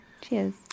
Cheers